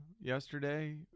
yesterday